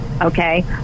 okay